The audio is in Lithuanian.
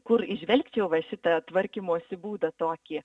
kur įžvelgčiau va šitą tvarkymosi būdą tokį